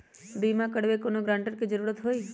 बिमा करबी कैउनो गारंटर की जरूरत होई?